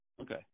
Okay